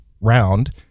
round